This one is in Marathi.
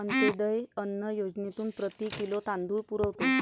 अंत्योदय अन्न योजनेतून प्रति किलो तांदूळ पुरवतो